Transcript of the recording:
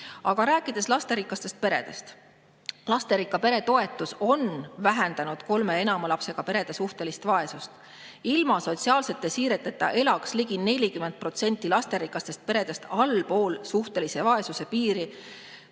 Aga räägime lasterikastest peredest. Lasterikka pere toetus on vähendanud kolme ja enama lapsega perede suhtelist vaesust. Ilma sotsiaalsete siireteta elaks ligi 40% lasterikastest peredest allpool suhtelise vaesuse piiri.